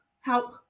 help